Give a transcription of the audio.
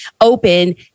open